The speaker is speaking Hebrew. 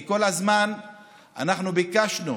כי כל הזמן אנחנו ביקשנו